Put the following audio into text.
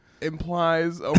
Implies